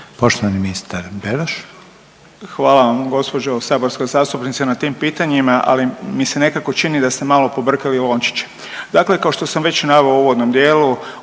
**Beroš, Vili (HDZ)** Hvala vam gđo. saborska zastupnice na tim pitanjima, ali mi se nekako čini da ste malo pobrkali lončiće. Dakle kao što sam već naveo u uvodnom dijelu,